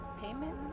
payment